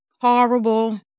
horrible